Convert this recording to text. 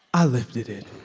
i lifted it.